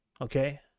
okay